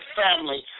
family